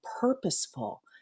purposeful